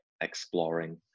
exploring